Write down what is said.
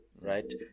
Right